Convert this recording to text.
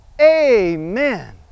amen